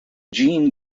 jean